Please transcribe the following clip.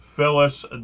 Phyllis